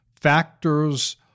factors